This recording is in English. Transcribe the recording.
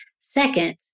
Second